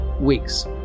weeks